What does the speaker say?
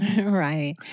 right